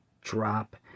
drop